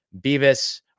Beavis –